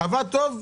עבד טוב?